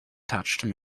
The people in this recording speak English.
touched